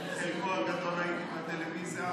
את חלקו הגדול ראיתי בטלוויזיה,